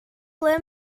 ble